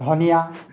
ধনিয়া